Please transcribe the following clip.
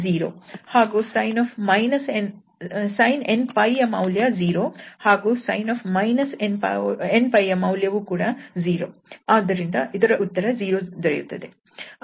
sin 𝑛𝜋 ನ ಮೌಲ್ಯ 0 ಹಾಗೂ sin 𝑛𝜋 ನ ಮೌಲ್ಯ ಕೂಡ 0 ಆದ್ದರಿಂದ ಇದರ ಉತ್ತರ 0 ದೊರೆಯುತ್ತದೆ